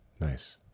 Nice